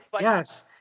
Yes